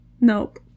Nope